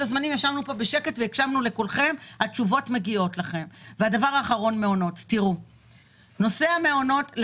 הדבר האחרון הוא נושא המעונות.